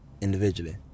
individually